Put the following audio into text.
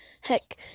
Heck